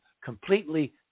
completely